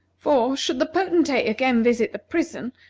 for, should the potentate again visit the prison,